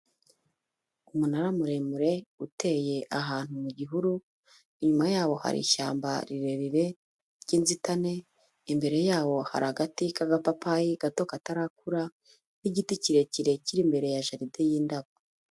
Umunara muremure uteye ahantu mu gihuru, inyuma yaho hari ishyamba rirerire ry'inzitane, imbere yawo hari agati k'agapapayi gato katarakura n'igiti kirekire kiri imbere ya jaride y'indabo.